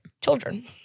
Children